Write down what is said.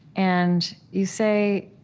and you say,